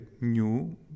new